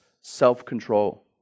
self-control